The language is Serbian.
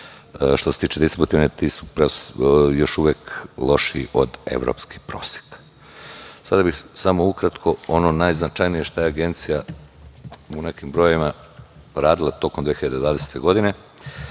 Što se tiče distributivne, ti su još uvek lošiji od evropskih proseka. Sada bih samo ukratko ono najznačajnije što je Agencija u nekim brojevima radila tokom 2020. godine